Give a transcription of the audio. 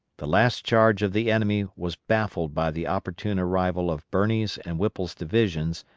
the last charge of the enemy was baffled by the opportune arrival of birney's and whipple's divisions,